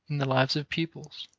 in the lives of pupils.